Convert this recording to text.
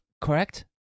correct